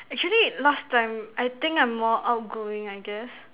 actually last time I think I'm more outgoing I guess